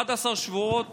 11 שבועות